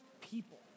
people